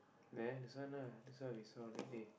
there this one lah that's what we saw then they